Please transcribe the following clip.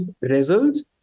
results